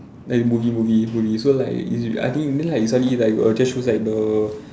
like movie movie movie so like I think then like suddenly like got show like the